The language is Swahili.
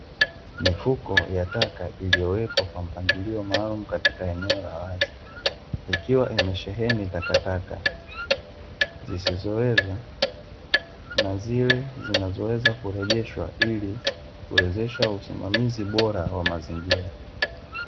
Mifuko ya taka iliyo wekwa kwa mpangilio maalumu katika eneo la wazi, ikiwa imesheheni takataka, zisizoweza, na zile zinazoweza kurejeshwa, ili kuwezesha usimamizi bora wa mazingira.